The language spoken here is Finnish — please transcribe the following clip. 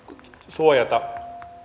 suojata